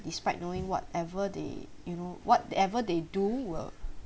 despite knowing whatever they you know whatever they do will